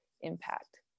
impact